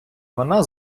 вона